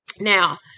Now